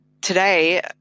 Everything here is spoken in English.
today